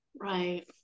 Right